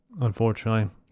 unfortunately